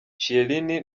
chiellini